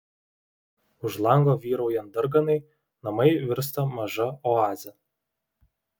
už lango vyraujant darganai namai virsta maža oaze